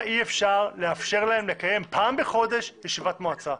אי אפשר לאפשר להם לקיים פעם בחודש ישיבת מועצה.